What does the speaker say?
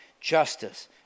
justice